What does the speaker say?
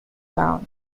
town